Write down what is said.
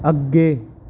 ਅੱਗੇ